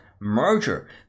merger